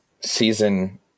season